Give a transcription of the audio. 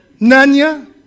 Nanya